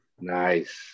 Nice